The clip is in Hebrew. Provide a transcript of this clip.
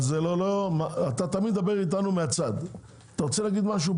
אתה רוצה להגיד משהו?